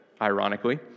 ironically